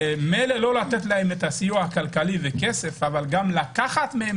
מילא לא לתת להם סיוע כלכלי וכסף אבל גם לקחת מהם